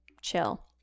chill